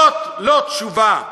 זאת לא תשובה.